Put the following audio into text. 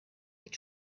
with